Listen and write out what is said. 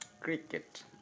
Cricket